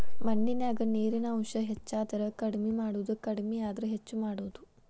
ಮಣ್ಣಿನ್ಯಾಗ ನೇರಿನ ಅಂಶ ಹೆಚಾದರ ಕಡಮಿ ಮಾಡುದು ಕಡಮಿ ಆದ್ರ ಹೆಚ್ಚ ಮಾಡುದು